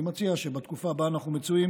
אני מציע שבתקופה שבה אנו מצויים